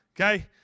Okay